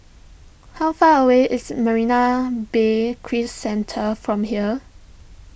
how far away is Marina Bay Cruise Centre from here